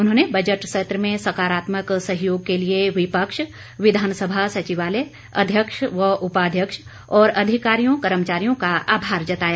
उन्होंने बजट सत्र में सकारात्मक सहयोग के लिए विपक्ष विधानसभा सचिवालय अध्यक्ष व उपाध्यक्ष और अधिकारियों कर्मचारियों का आभार जताया